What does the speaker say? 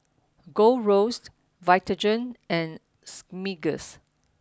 Gold Roast Vitagen and Smiggle